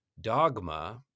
dogma